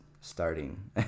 starting